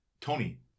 tony